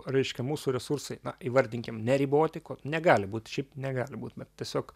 reiškia mūsų resursai na įvardinkim neriboti ko negali būt šiaip negali būt bet tiesiog